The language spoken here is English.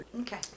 okay